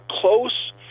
close